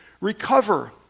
recover